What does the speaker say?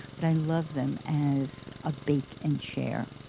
but i love them as a bake and share.